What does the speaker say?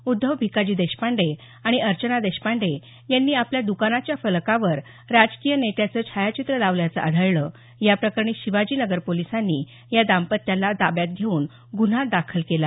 उध्दव भिकाजी देशपाडे आणि अर्चना देशपांडे यांनी आपल्या द्कानाच्या फलकावर राजकीय नेत्याचं छायाचित्र लावल्याचं आढळलं या प्रकरणी शिवाजी नगर पोलिसांनी या दांपत्याला ताब्यात घेऊन ग्रन्हा दाखल केला